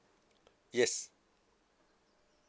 yes